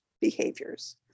behaviors